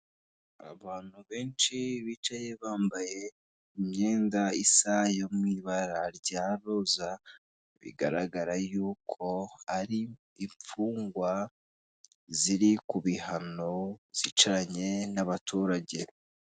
Abantu benshi bicaye bambaye imyenda isa yo mw'ibara rya roza, bigaragara yuko ari imfungwa ziri ku bihano zicaranye n'abaturage.